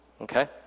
okay